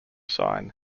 sign